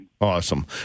Awesome